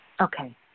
Okay